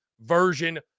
version